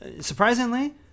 surprisingly